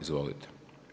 Izvolite.